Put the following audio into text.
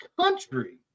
country